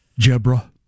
Jebra